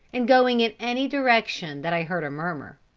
and going in any direction that i heard a murmur.